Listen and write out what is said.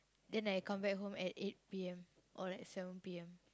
then I come back home at eight P_M or like seven P_M